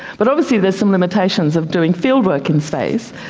but obviously there is some limitations of doing fieldwork in space,